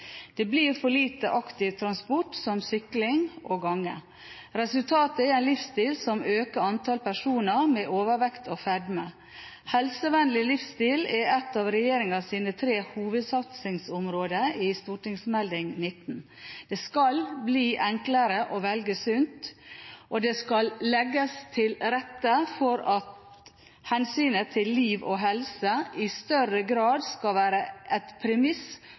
Det blir for lite aktiv transport, som sykling og gange. Resultatet er en livsstil der antall personer med overvekt og fedme øker. Helsevennlig livsstil er et av regjeringens tre hovedsatsingsområder i Meld. St. 19. Det skal bli enklere å velge sunt, og det skal legges til rette for at hensynet til liv og helse i større grad skal være et premiss